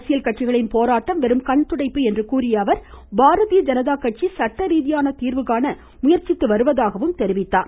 அரசியல் கட்சிகளின் போராட்டம் வெறும் கண்துடைப்பு என்று கூறிய அவர் பாரதீய ஜனதா கட்சி சட்டரீதியான தீர்வு காண முயற்சித்து வருவதாகவும் குறிப்பிட்டார்